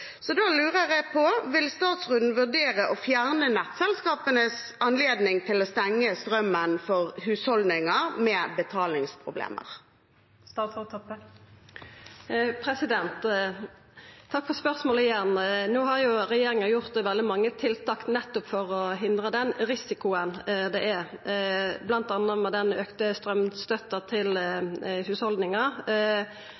Så da lurer jeg på: Vil statsråden vurdere å fjerne nettselskapenes anledning til å stenge strømmen for husholdninger med betalingsproblemer? Takk igjen for spørsmålet. No har regjeringa gjort veldig mange tiltak nettopp for å hindra den risikoen som er, bl.a. med den auka straumstønaden til